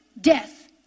death